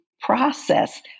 process